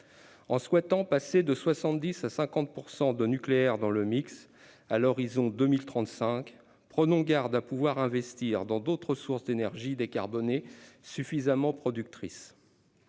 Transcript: l'on souhaite passer de 70 % à 50 % de nucléaire dans le mix à l'horizon 2035, prenons garde à nous doter de la capacité d'investir dans d'autres sources d'énergie décarbonées suffisamment productrices